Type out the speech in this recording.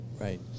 Right